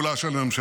(חבר הכנסת איימן עודה יוצא מאולם המליאה.) היו"ר אמיר